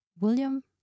William